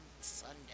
Sunday